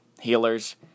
healers